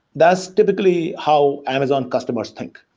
that's typically how amazon customers think,